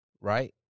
right